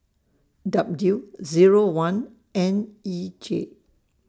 W Zero one N E J